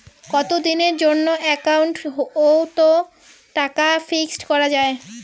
কতদিনের জন্যে একাউন্ট ওত টাকা ফিক্সড করা যায়?